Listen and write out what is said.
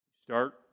Start